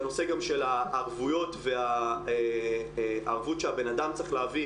והנושא של הערבויות וערבות שהבן אדם צריך להביא,